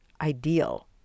ideal